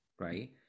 right